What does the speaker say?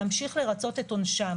להמשיך לרצות את עונשם